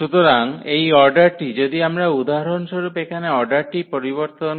সুতরাং এই অর্ডারটি যদি আমরা উদাহরণস্বরূপ এখানে অর্ডারটি পরিবর্তন